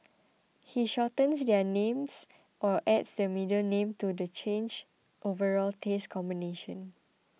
he shortens their names or adds the middle name to the change overall taste combination